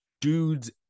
dudes